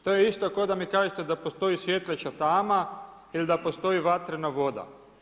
To je isto ko da mi kažete da postoji svjetleća tama ili da postoji vatrena voda.